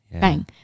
bang